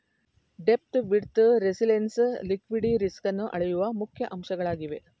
depth, width, resilience liquidity ರಿಸ್ಕನ್ನು ಅಳೆಯುವ ಮುಖ್ಯ ಅಂಶಗಳಾಗಿವೆ